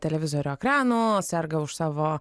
televizorių ekranų serga už savo